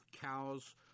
cows